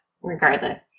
Regardless